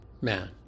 man